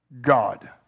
God